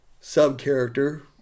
sub-character